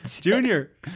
junior